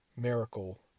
Miracle